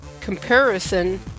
Comparison